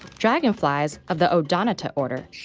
dragonflies of the odonata order,